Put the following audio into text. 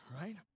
right